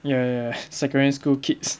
ya ya ya secondary school kids